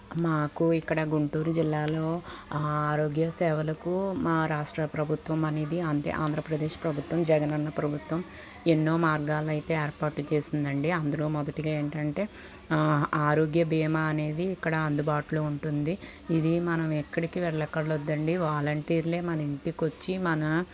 మాకు ఇక్కడ గుంటూరు జిల్లాలో ఆరోగ్య సేవలకు మా రాష్ట్ర ప్రభుత్వం అనేది అంటే ఆంధ్రప్రదేశ్ ప్రభుత్వం జగనన్న ప్రభుత్వం ఎన్నో మార్గాలు అయితే ఏర్పాటు చేసిందండి అందులో మొదటిగా ఏంటంటే ఆరోగ్య భీమా అనేది ఇక్కడ అందుబాటులో ఉంటుంది ఇది మనం ఎక్కడికి వెళ్ళక్కర్లేదండి వాలంటీర్లే మన ఇంటికి వచ్చి మన